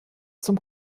zum